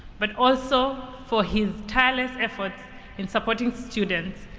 but also for his tireless efforts in supporting students,